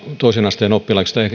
toisen asteen oppilaista